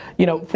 you know, for,